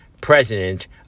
President